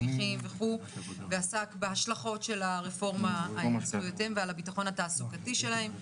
ועסק בהשלכות של הרפורמה והביטחון התעסוקתי שלהם.